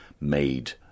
made